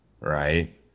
right